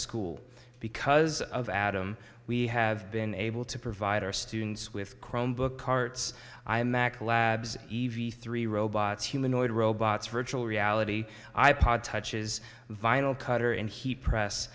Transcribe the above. school because of adam we have been able to provide our students with chromebook carts e v three robots humanoid robots virtual reality i pod touches vinyl cutter and he press